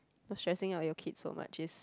you're stressing out your kids so much is